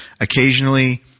occasionally